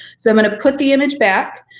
so i'm gonna put the image back,